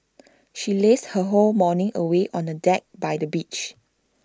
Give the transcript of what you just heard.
she lazed her whole morning away on A deck by the beach